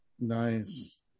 Nice